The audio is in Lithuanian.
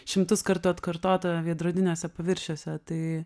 šimtus kartų atkartota veidrodiniuose paviršiuose tai